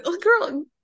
girl